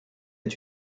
est